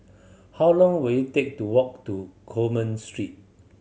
how long will it take to walk to Coleman Street